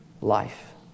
life